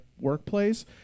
workplace